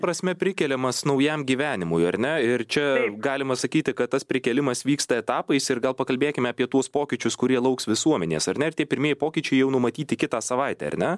prasme prikeliamas naujam gyvenimui ar ne ir čia galima sakyti kad tas prikėlimas vyksta etapais ir gal pakalbėkime apie tuos pokyčius kurie lauks visuomenės ar ne ir tie pirmieji pokyčiai jau numatyti kitą savaitę ar ne